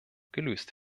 gelöst